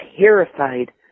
terrified